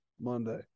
monday